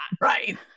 right